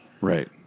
Right